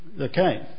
Okay